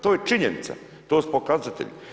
To je činjenica, to su pokazatelji.